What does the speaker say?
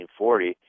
1940